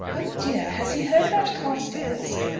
oh dear! has he heard about carstairs?